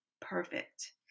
perfect